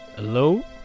hello